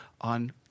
on